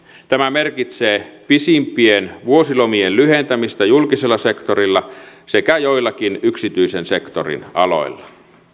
tämä merkitsee pisimpien vuosilomien lyhentämistä julkisella sektorilla sekä joillakin yksityisen sektorin aloilla